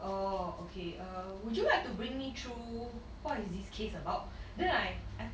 oh okay uh would you like to bring me through what is this case about then I I